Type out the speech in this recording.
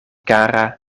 kara